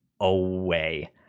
away